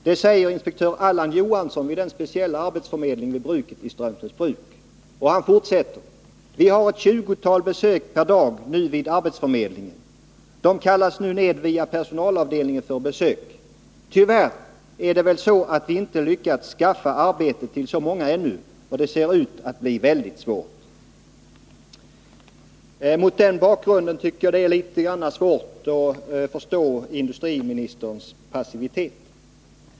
Det säger inspektör Allan Johansson vid den speciella arbetsförmedlingen vid bruket i Strömsnäsbruk.” Han fortsätter: ”Vi har ett 20-tal besök per dag nu vid arbetsförmedlingen, de kallas nu ned via personalavdelningen för besök. Tyvärr är det väl så att vi inte lyckats skaffa arbete till så många ännu och det ser ut att bli väldigt svårt.” Mot den bakgrunden tycker jag det är litet svårt att förstå industriministerns passivitet.